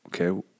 okay